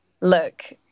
Look